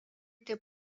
taip